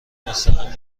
مستقیم